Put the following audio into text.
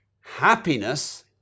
Happiness